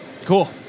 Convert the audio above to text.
Cool